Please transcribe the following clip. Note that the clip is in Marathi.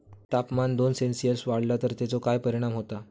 तापमान दोन सेल्सिअस वाढला तर तेचो काय परिणाम होता?